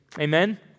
Amen